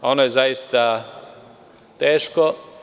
Ono je zaista teško.